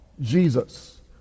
Jesus